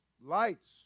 lights